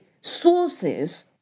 sources